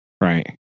right